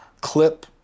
clip